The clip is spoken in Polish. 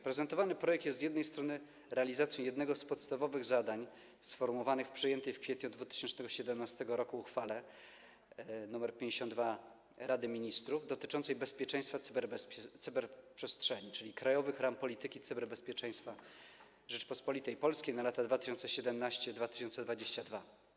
Prezentowany projekt jest z jednej strony realizacją jednego z podstawowych zadań sformułowanych w przyjętej w kwietniu 2017 r. uchwale nr 52 Rady Ministrów dotyczącej bezpieczeństwa cyberprzestrzeni, czyli „Krajowych ram polityki cyberbezpieczeństwa Rzeczypospolitej Polskiej na lata 2017-2022”